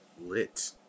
Lit